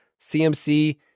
CMC